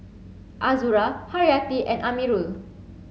Azura Haryati and Amirul